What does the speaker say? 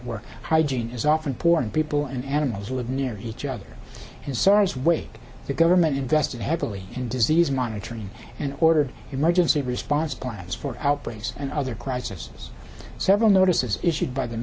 where hygiene is often poor and people and animals live near each other in sars wake the government invested heavily in disease monitoring and ordered emergency response plans for outbreaks and other crisis several notices issued by the